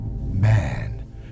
Man